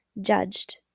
judged